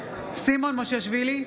סימון מושיאשוילי,